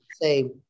say